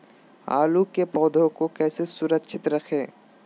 आलू के पौधा को कैसे सुरक्षित रखें?